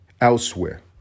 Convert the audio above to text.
elsewhere